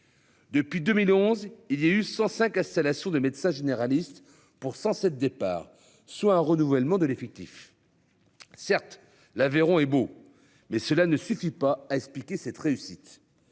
Depuis 2011 il y a eu 105 l'assaut de médecins généralistes pour 107 départs, soit un renouvellement de l'effectif. Certes l'Aveyron est beau mais cela ne suffit pas à expliquer cette réussite.